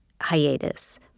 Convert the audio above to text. hiatus